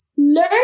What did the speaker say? Learn